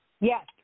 Yes